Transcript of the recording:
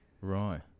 right